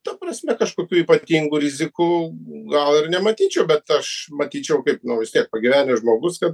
ta prasme kažkokių ypatingų rizikų gal ir nematyčiau bet aš matyčiau kaip nu vis tiek pagyvenęs žmogus kad